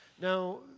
Now